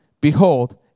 behold